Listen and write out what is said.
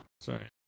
sorry